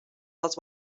dels